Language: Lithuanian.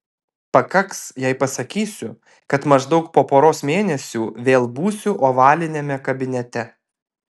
pakaks jei pasakysiu kad maždaug po poros mėnesių vėl būsiu ovaliniame kabinete